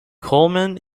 colman